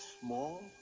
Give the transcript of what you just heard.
small